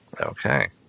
Okay